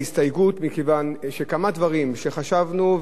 היו לנו מחשבה או רצון להגיש הסתייגויות,